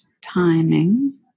timing